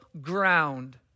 ground